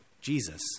Jesus